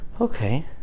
okay